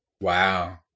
Wow